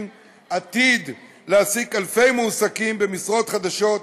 עתיד להעסיק אלפי מועסקים במשרות חדשות,